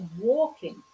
walking